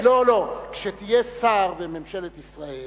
לא לא, כשתהיה שר בממשלת ישראל